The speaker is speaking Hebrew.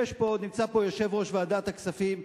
נמצא פה יושב-ראש ועדת הכספים,